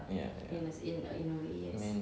ya ya I mean